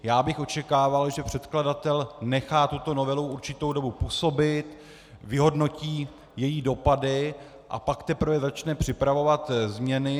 Já bych očekával, že předkladatel nechá tuto novelu určitou dobu působit, vyhodnotí její dopady, a pak teprve začne připravovat změny.